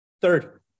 third